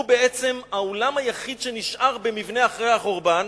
הוא בעצם האולם היחיד שנשאר במבנה אחרי החורבן,